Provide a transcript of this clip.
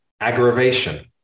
aggravation